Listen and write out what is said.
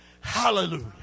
Hallelujah